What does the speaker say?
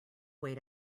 wait